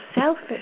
selfish